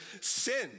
sin